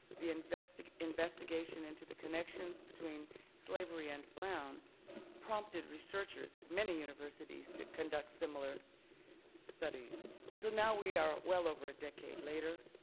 the investigation investigation into the connections between slavery and brown prompted researchers at many universities to conduct similar studies. and so now we are well over a decade later,